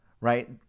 right